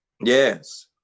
Yes